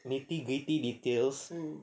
nitty-gritty details